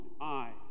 eyes